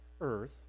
Earth